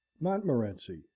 Montmorency